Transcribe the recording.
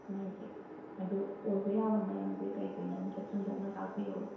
ꯃꯩꯁꯦ ꯑꯗꯣ ꯑꯣꯏꯕ ꯌꯥꯕ ꯃꯔꯝꯁꯦ ꯀꯩꯀꯩꯅꯣ ꯑꯝꯇ ꯁꯟꯗꯣꯛꯅ ꯇꯥꯛꯄꯤꯔꯛꯎ